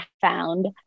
found